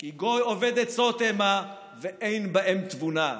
כי גוי אֹבַד עצות המה, ואין בהם תבונה.